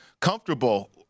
comfortable